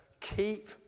keep